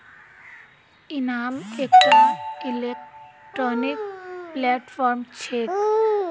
इनाम एकटा electronic platform छेक